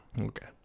Okay